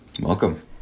welcome